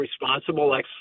responsible